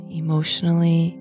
emotionally